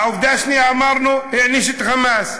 העובדה השנייה, אמרנו, העניש את "חמאס".